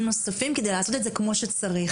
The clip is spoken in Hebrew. נוספים כדי לעשות את זה כמו שצריך,